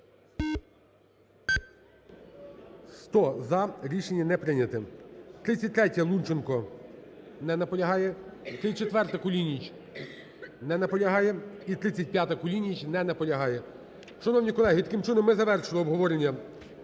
100 – за. Рішення не прийняте. 33-я, Лунченко. Не наполягає. 34-а, Кулініч. Не наполягає. І 35-а, Кулініч. Не наполягає. Шановні колеги, і таким чином ми завершили обговорення